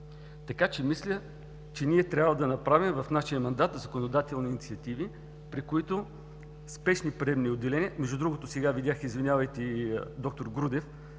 болници. Мисля, че ние трябва да направим в нашия мандат законодателни инициативи, при които спешни приемни отделения… Между другото, сега видях, извинявайте, и д-р Грудев.